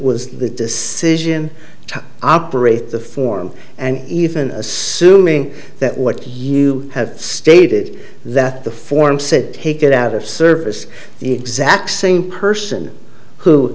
was the decision to operate the form and even assuming that what you have stated that the form said take it out of service the exact same person who